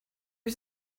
was